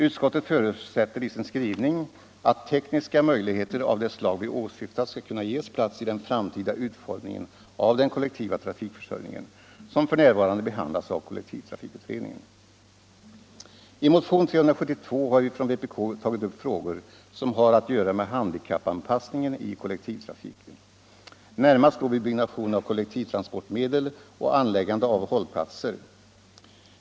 Utskottet förutsätter i sin skrivning att tekniska möjligheter av det slag vi åsyftat skall kunna ges plats i den framtida utformningen av den kollektiva trafikförsörjningen, som f.n. behandlas av kollektivtrafikutredningen. I motionen 372 har vi från vpk tagit upp frågor som har att göra med handikappanpassningen i kollektivtrafiken, närmast då vid byggnation av kollektivtransportmedel och anläggande av hållplatser.